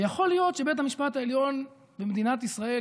יכול להיות שבית המשפט העליון במדינת ישראל,